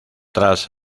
tras